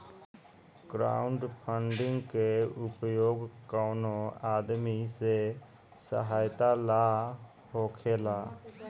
crowdfunding के उपयोग कवनो आदमी के सहायता ला होखेला